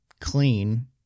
clean